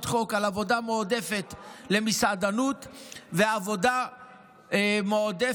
חוק על עבודה מועדפת למסעדנות ועבודה מועדפת